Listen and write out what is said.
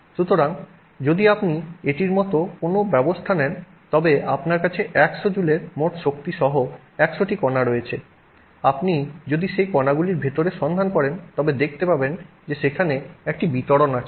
সুতরাং যদি আপনি এটির মতো কোনও ব্যবস্থা নেন তবে আপনার কাছে 100 জুলের মোট শক্তি সহ 100 টি কণা রয়েছে আপনি যদি সেই কণাগুলির ভিতরে সন্ধান করেন তবে দেখতে পাবেন যে সেখানে একটি বিতরণ রয়েছে